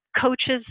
coaches